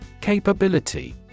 Capability